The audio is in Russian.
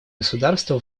государства